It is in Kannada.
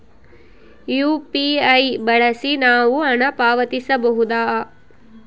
ಯು.ಪಿ.ಐ ಬಳಸಿ ನಾವು ಹಣ ಪಾವತಿಸಬಹುದಾ?